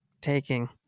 taking